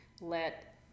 let